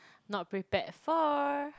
not prepared for